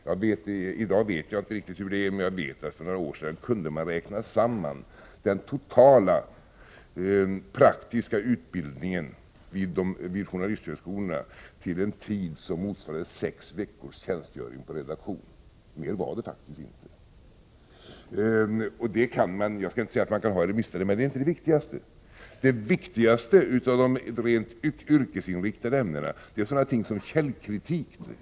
Jag vet inte riktigt hur det är i dag, men för några år sedan kunde man räkna samman den totala praktiska utbildningen vid journalisthögskolorna till en tid som motsvarade sex veckors tjänstgöring på redaktion. Mer var det faktiskt inte. Jag skall inte säga att det kan man ha eller mista, men det är inte heller det som är det viktigaste. Det viktigaste av de rent yrkesinriktade ämnena är sådant som källkritik t.ex.